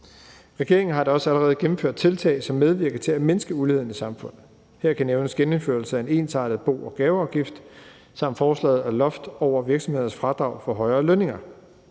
Regeringen har da også allerede gennemført tiltag, som medvirker til at mindske uligheden i samfundet. Her kan nævnes genindførelse af en ensartet bo- og gaveafgift samt forslaget om et loft over virksomheders fradrag for højere lønninger.